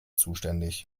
zuständig